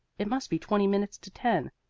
it must be twenty minutes to ten.